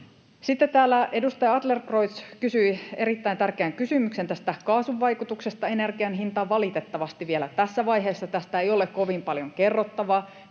Sitten täällä edustaja Adlercreutz kysyi erittäin tärkeän kysymyksen tästä kaasun vaikutuksesta energian hintaan. Valitettavasti vielä tässä vaiheessa tästä ei ole kovin paljon kerrottavaa.